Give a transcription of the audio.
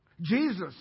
Jesus